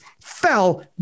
fell